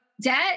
debt